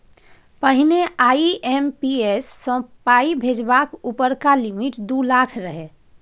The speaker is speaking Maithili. पहिने आइ.एम.पी.एस सँ पाइ भेजबाक उपरका लिमिट दु लाख रहय